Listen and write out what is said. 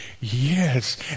Yes